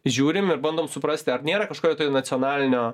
žiūrim ir bandom suprasti ar nėra kažkokio tai nacionalinio